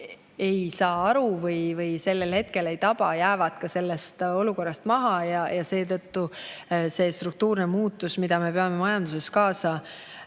ei saa või seda hetkel ei taba, jäävad selles olukorras maha. Seetõttu see struktuurne muutus, mille me peame majanduses saavutama,